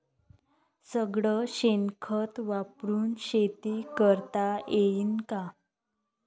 सगळं शेन खत वापरुन शेती करता येईन का?